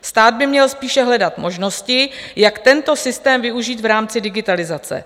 Stát by měl spíše hledat možnosti, jak tento systém využít v rámci digitalizace.